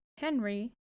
Henry